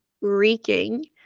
reeking